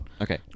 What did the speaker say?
Okay